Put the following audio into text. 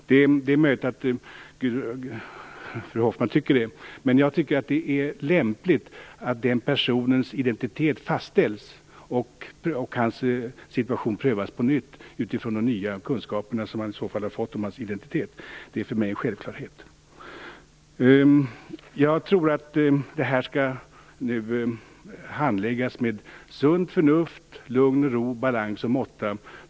Det är möjligt att fru Hoffmann tycker det, men jag tycker att det är lämpligt att den personens identitet fastställs och att hans situation prövas på nytt utifrån de nya kunskaper som man då har fått om hans identitet. Det är en självklarhet för mig. Jag tror att detta skall handläggas med sunt förnuft, i lugn och ro och med balans och måtta.